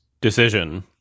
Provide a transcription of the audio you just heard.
decision